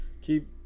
keep